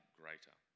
greater